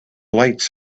lights